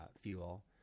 fuel